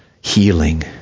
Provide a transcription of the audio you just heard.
healing